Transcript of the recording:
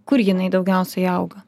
kur jinai daugiausiai auga